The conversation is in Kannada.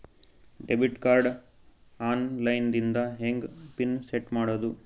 ಡೆಬಿಟ್ ಕಾರ್ಡ್ ಆನ್ ಲೈನ್ ದಿಂದ ಹೆಂಗ್ ಪಿನ್ ಸೆಟ್ ಮಾಡೋದು?